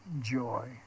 joy